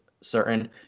certain